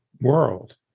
world